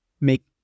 make